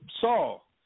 Saul